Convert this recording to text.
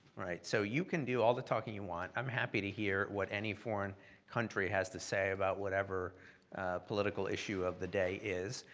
right? so you can do all the talking you want i'm happy to hear what any foreign country has to say about whatever political issue of the day is,